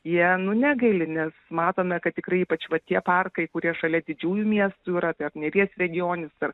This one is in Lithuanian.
jie nu negaili nes matome kad tikrai ypač va tie parkai kurie šalia didžiųjų miestų yra tai ar neries regioninis ar